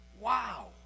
Wow